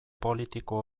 politiko